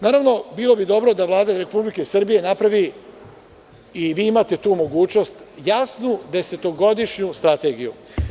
Naravno, bilo bi dobro da Vlada Republike Srbije napravi, i vi imate tu mogućnost, jasnu desetogodišnju strategiju.